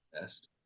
best